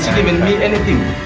given me anything.